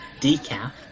decaf